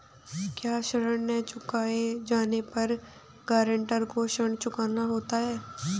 क्या ऋण न चुकाए जाने पर गरेंटर को ऋण चुकाना होता है?